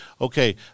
Okay